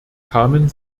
kamen